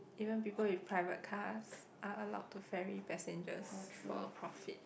even people with private cars are allowed to ferry passengers for a profit